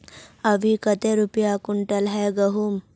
अभी कते रुपया कुंटल है गहुम?